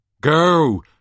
Go